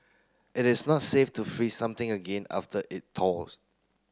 it is not safe to freeze something again after it thaws